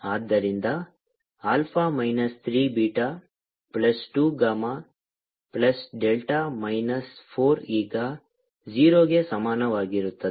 ಆದ್ದರಿಂದ alpha minus 3 beta plus 2 gamma plus delta minus 4 ಈಗ 0 ಗೆ ಸಮಾನವಾಗಿರುತ್ತದೆ